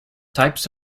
types